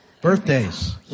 birthdays